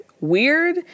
weird